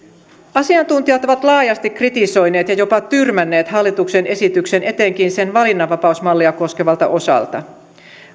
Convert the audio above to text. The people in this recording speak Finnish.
asiantuntijat ovat laajasti kritisoineet ja jopa tyrmänneet hallituksen esityksen etenkin sen valinnanvapausmallia koskevalta osalta